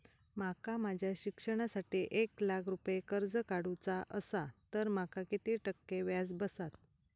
माका माझ्या शिक्षणासाठी एक लाख रुपये कर्ज काढू चा असा तर माका किती टक्के व्याज बसात?